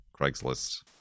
Craigslist